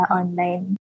online